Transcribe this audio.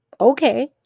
okay